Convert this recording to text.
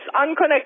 unconnected